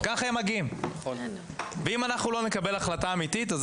אם אנחנו לא מקבלים החלטה אמיתית אז